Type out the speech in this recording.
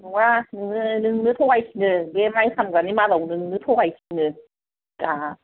नङा नोङो नोंनो थगायसिनो बे माइ फानग्रानि मादाव नोंनो थगायसिनो दा